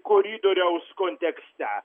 koridoriaus kontekste